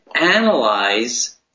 analyze